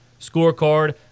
scorecard –